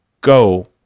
go